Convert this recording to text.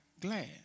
glad